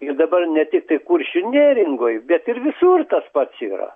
ir dabar ne tiktai kuršių neringoj bet ir visur tas pats yra